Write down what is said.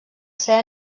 ser